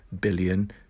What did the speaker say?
billion